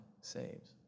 saves